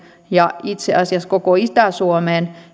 ja itse asiassa koko itä suomeen osaamisvajeen